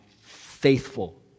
faithful